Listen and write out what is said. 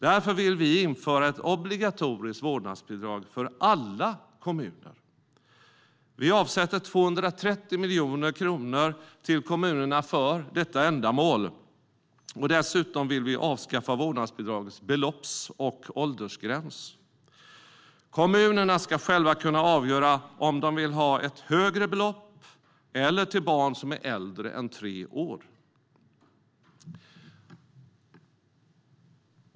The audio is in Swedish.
Därför vill vi införa ett obligatoriskt vårdnadsbidrag i alla kommuner. Vi avsätter 230 miljoner kronor till kommunerna för detta ändamål. Dessutom vill vi avskaffa vårdnadsbidragets belopps och åldersgräns. Kommunerna ska själva kunna avgöra om de vill betala ut ett högre belopp eller om de vill betala ut vårdnadsbidrag för barn som är äldre än tre år.